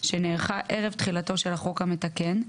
שנערכה ערב תחילתו של החוק המתקן,